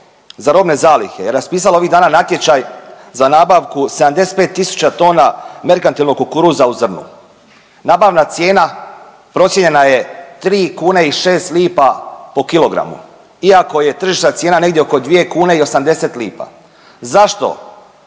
za robne zalihe raspisalo ovih dana natječaj za nabavku 75 tisuća tona merkantilnog kukuruza u zrnu. Nabavna cijena procijenjena je 3 kune i 6 lipa po kilogramu, iako je tržišna cijena negdje oko 2 kune i 80 lipa. Zašto